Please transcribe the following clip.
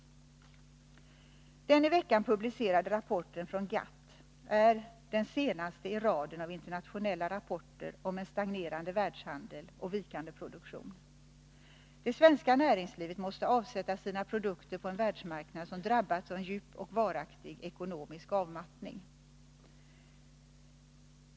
Den i veckan publicerade rapporten från GATT är den senaste i raden av internationella rapporter om en stagnerande världshandel och vikande produktion. Det svenska näringslivet måste avsätta sina produkter på en världsmarknad som drabbats av en djup och varaktig ekonomisk avmattning.